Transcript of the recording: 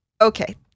Okay